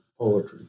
poetry